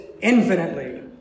infinitely